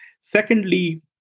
secondly